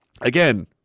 again